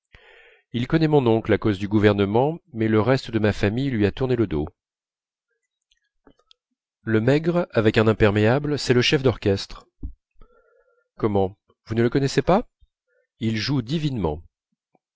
il connaît mon oncle à cause du gouvernement mais le reste de ma famille lui a tourné le dos le maigre avec un imperméable c'est le chef d'orchestre comment vous ne le connaissez pas il joue divinement